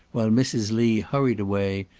while mrs. lee hurried away,